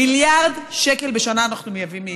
במיליארד שקל בשנה אנחנו מייבאים מאירלנד.